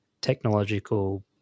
technological